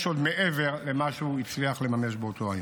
עוד מעבר למה שהוא הצליח לממש באותו היום.